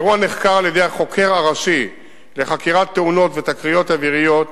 האירוע נחקר על-ידי החוקר הראשי לחקירת תאונות ותקריות אוויריות,